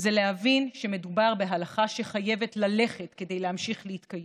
זה להבין שמדובר בהלכה שחייבת ללכת כדי להמשיך ולהתקיים.